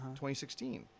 2016